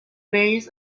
various